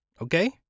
okay